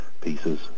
pieces